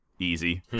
easy